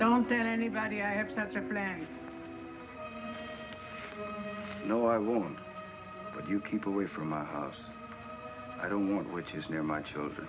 don't tell anybody i have such a plan no i won't let you keep away from my house i don't want which is near my children